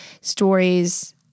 stories